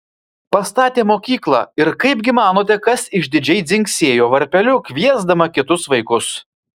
pastatė mokyklą ir kaipgi manote kas išdidžiai dzingsėjo varpeliu kviesdama kitus vaikus